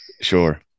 Sure